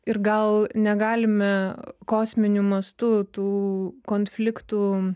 ir gal negalime kosminiu mastu tų konfliktų